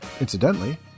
Incidentally